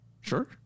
Sure